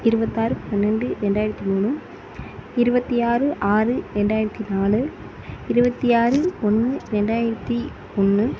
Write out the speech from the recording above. இருபத்தாறு பன்னெண்டு ரெண்டாயிரத்தி மூணு இருபத்தி ஆறு ஆறு ரெண்டாயிரத்தி நாலு இருபத்தி ஆறு ஒன்று ரெண்டாயிரத்தி ஒன்று